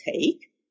take